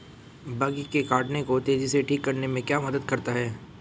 Bug के काटने को तेजी से ठीक करने में क्या मदद करता है?